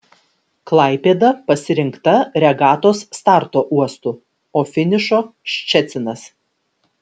klaipėda pasirinkta regatos starto uostu o finišo ščecinas